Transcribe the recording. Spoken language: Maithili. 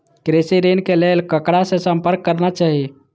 कृषि ऋण के लेल ककरा से संपर्क करना चाही?